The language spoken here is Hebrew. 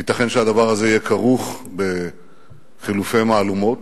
ייתכן שהדבר הזה יהיה כרוך בחילופי מהלומות,